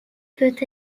peut